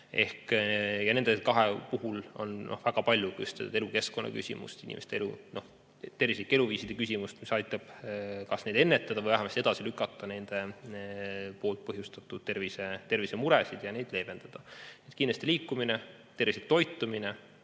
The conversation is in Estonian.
Nende kahe puhul on väga palju just elukeskkonna küsimust, tervislike eluviiside küsimust, mis aitab kas neid ennetada või vähemasti edasi lükata juba põhjustatud tervisemuresid ja neid leevendada. Kindlasti liikumine, tervislik toitumine,